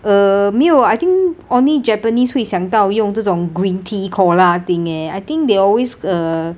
uh 没有 I think only japanese 会想到用这种 green tea cola thing eh I think they always uh